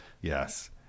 yes